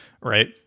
right